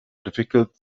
difficult